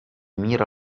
mira